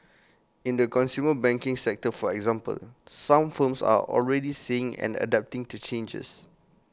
in the consumer banking sector for example some firms are already seeing and adapting to changes